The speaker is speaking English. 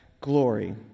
glory